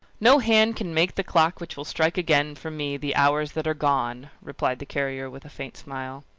no hand can make the clock which will strike again for me the hours that are gone, replied the carrier with a faint smile.